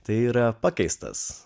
tai yra pakeistas